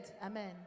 Amen